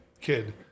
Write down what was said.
kid